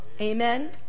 Amen